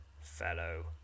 fellow